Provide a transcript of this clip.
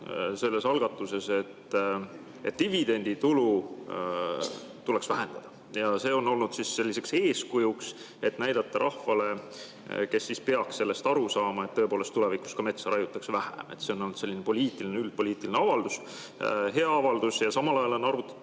selles, et dividenditulu tuleks vähendada. See on olnud selliseks eeskujuks, et näidata rahvale, kes peaks sellest aru saama [nii], et tõepoolest tulevikus metsa raiutakse vähem. See on olnud selline poliitiline, üldpoliitiline avaldus, hea avaldus. Samal ajal on arutatud